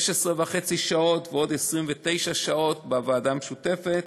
16.5 שעות ועוד 29 שעות בוועדה המשותפת,